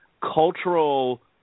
cultural